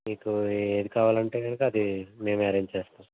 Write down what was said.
మీకు ఏది కావాలంటే గనుక అది మేమే అరెంజ్ చేస్తాం